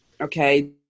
okay